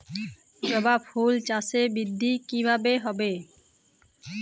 জবা ফুল চাষে বৃদ্ধি কিভাবে হবে?